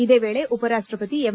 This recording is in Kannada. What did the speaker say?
ಇದೇ ವೇಳೆ ಉಪರಾಷ್ಟಪತಿ ಎಂ